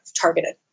targeted